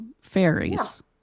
fairies